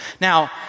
Now